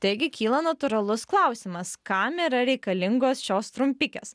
taigi kyla natūralus klausimas kam yra reikalingos šios trumpikės